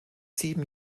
sieben